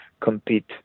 compete